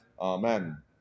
Amen